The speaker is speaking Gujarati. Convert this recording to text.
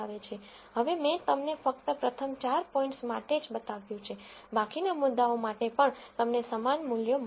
હવે મેં તમને ફક્ત પ્રથમ ચાર પોઇન્ટ્સ માટે જ બતાવ્યું છે બાકીના મુદ્દાઓ માટે પણ તમને સમાન મૂલ્યો મળશે